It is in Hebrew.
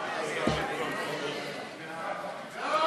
ההצעה להעביר את הצעת חוק הגנת הצרכן (תיקון,